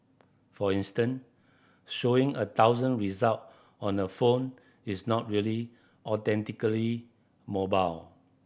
for instance showing a thousand result on a phone is not really authentically mobile